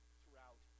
throughout